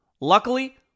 Luckily